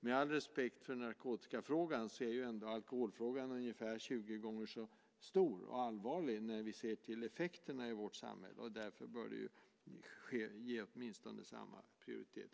Med all respekt för narkotikafrågan är ändå alkoholfrågan tjugo gånger så stor och allvarlig när vi ser till effekterna i vårt samhälle, därför bör den ges åtminstone samma prioritet.